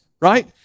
right